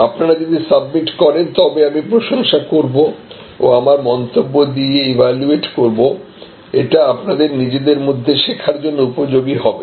আপনারা যদি সাবমিট করেন তবে আমি প্রশংসা করব ও আমার মন্তব্য দিয়ে এভালুয়েট করবো এটা আপনাদের নিজেদের মধ্যে শেখার জন্য উপযোগী হবে